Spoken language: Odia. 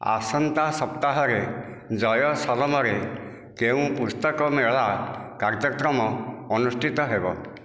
ଆସନ୍ତା ସପ୍ତାହରେ ଜୟସଲ୍ମର୍ରେ କେଉଁ ପୁସ୍ତକ ମେଳା କାର୍ଯ୍ୟକ୍ରମ ଅନୁଷ୍ଠିତ ହେବ